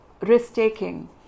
risk-taking